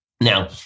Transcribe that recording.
Now